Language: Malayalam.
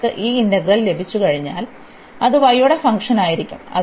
നമുക്ക് ഈ ഇന്റഗ്രൽ ലഭിച്ചുകഴിഞ്ഞാൽ അത് y യുടെ ഫങ്ക്ഷനായിരിക്കും